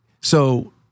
So-